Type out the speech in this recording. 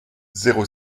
zéro